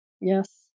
Yes